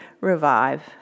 Revive